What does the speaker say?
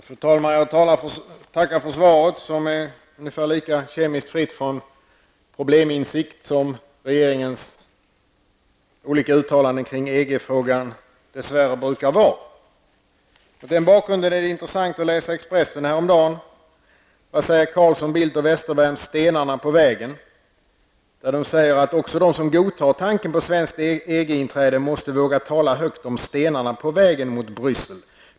Fru talman! Jag tackar för svaret, som är lika kemiskt fritt från probleminsikt som regeringens olika uttalanden kring EG-frågan dess värre brukar vara. Mot den bakgrunden är det intressant att läsa vad Expressen skrev häromdagen under rubriken: ''Vad säger Carlsson, Bildt och Westerberg om stenarna på vägen?'' Man säger där att också de som godtar tanken på svenskt EG-inträde måste våga tala högt om stenarna på vägen mot Bryssel.